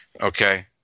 Okay